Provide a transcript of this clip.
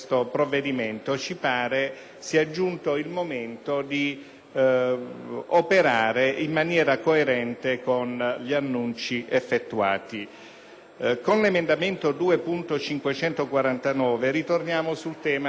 operare in maniera coerente con gli annunci effettuati. Con l'emendamento 2.549 torniamo sul tema dell'edilizia scolastica. Già è stato detto molto